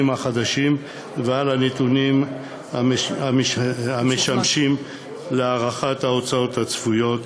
החדשים ועל הנתונים המשמשים להערכת ההוצאות הצפויות,